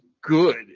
good